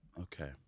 Okay